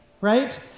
right